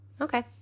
Okay